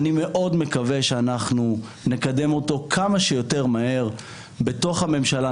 אני מאוד מקווה שאנחנו נקדם אותו כמה שיותר מהר בתוך הממשלה,